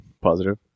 positive